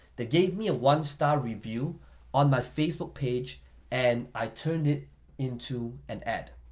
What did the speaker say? they gave me a one-star review on my facebook page and i turned it into an ad,